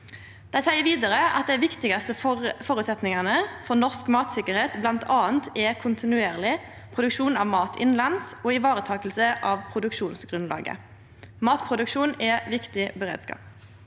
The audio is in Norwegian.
seier kommisjonen at dei viktigaste føresetnadene for norsk matsikkerheit m.a. er kontinuerleg produksjon av mat innanlands og varetaking av produksjonsgrunnlaget. Matproduksjon er viktig beredskap.